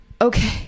okay